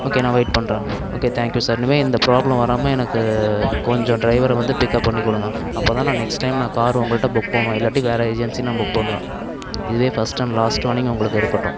okay நான் wait பண்ணுறேன் okay thank you sir இனிமே இந்த ப்ராப்ளம் வராமல் எனக்கு கொஞ்சம் ட்ரைவரை வந்து பிக்அப் பண்ணிக்கொடுங்க அப்போதான் நான் நெக்ஸ்ட் டைம் நான் கார் உங்கள்கிட்ட புக் பண்ணுவேன் இல்லாட்டி வேறு ஏஜென்சி நான் புக் பண்ணுவேன் இதுவே ஃபர்ஸ்ட் அண்ட் லாஸ்ட் வார்னிங் உங்களுக்கு இருக்கட்டும்